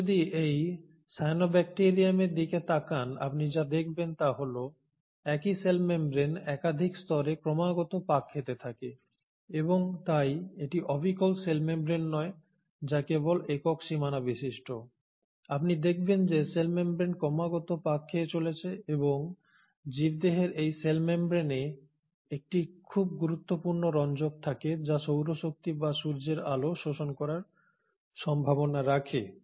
আপনি যদি এই সায়োনাব্যাক্টেরিয়ামের দিকে তাকান আপনি যা দেখবেন তা হল একই সেল মেমব্রেন একাধিক স্তরে ক্রমাগত পাক খেতে থাকে এবং তাই এটি অবিকল সেল মেমব্রেন নয় যা কেবল একক সীমানা বিশিষ্ট আপনি দেখবেন যে সেল মেমব্রেন ক্রমাগত পাক খেয়ে চলেছে এবং জীবদেহের এই সেল মেমব্রেনে একটি খুব গুরুত্বপূর্ণ রঙ্গক থাকে যা সৌর শক্তি বা সূর্যের আলো শোষণ করার সম্ভাবনা রাখে